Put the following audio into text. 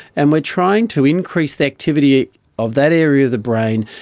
and we are trying to increase the activity of that area of the brain,